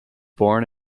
born